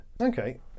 Okay